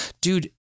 Dude